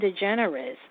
DeGeneres